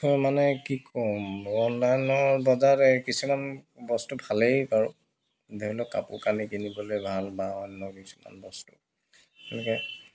মানে কি ক'ম অনলাইনৰ বজাৰত কিছুমান বস্তু ভালেই বাৰু ধৰি লওক কাপোৰ কানি কিনিবলৈ ভাল বা অন্য কিছুমান বস্তু তেনেকৈ